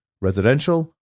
residential